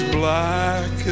black